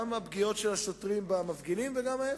גם הפגיעות של השוטרים במפגינים וגם ההיפך.